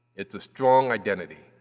it's a strong identity,